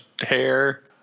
hair